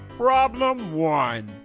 problem one,